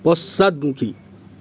পশ্চাদমুখী